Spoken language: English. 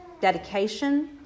dedication